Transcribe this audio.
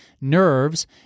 nerves